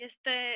Este